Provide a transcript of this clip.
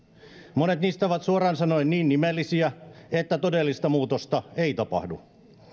monet näistä ovat suoraan sanoen niin nimellisiä että todellista muutosta ei tapahdu